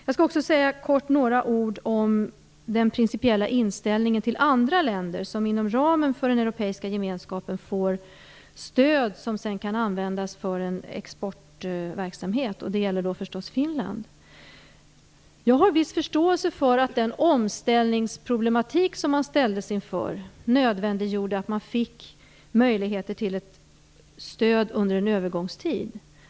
Jag vill också kort säga några ord om den principiella inställningen till andra länder som inom ramen för den europeiska gemenskapen får stöd som sedan kan användas för en exportverksamhet. Det gäller förstås Finland. Jag har viss förståelse för att den omställningsproblematik som Finland ställdes inför nödvändiggjorde att man fick möjligheter till ett stöd under en övergångstid.